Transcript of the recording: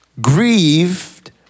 grieved